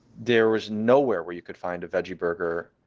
there was nowhere where you could find a veggie burger,